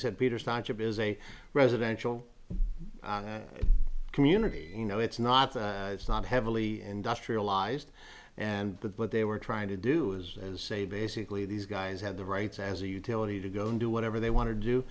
a residential community you know it's not it's not heavily industrialized and but they were trying to do is say basically these guys have the rights as a utility to go and do whatever they want to do